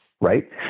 right